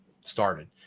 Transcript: started